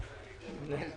מבינים,